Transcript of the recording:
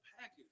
package